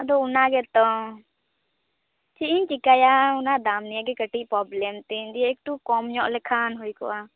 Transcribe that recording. ᱟᱫᱚ ᱚᱱᱟ ᱜᱮᱛᱚ ᱪᱮᱫᱼᱤᱧ ᱪᱤᱠᱟᱹᱭᱟ ᱚᱱᱟ ᱫᱟᱢ ᱱᱤᱭᱮᱜᱮ ᱠᱟᱹᱴᱤᱡ ᱯᱚᱵᱞᱮᱢ ᱛᱤᱧ ᱫᱤᱭᱮ ᱮᱠᱴᱩ ᱠᱚᱢ ᱧᱚᱜ ᱞᱮᱠᱷᱟᱱ ᱦᱩᱭᱠᱚᱜᱼᱟ